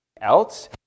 else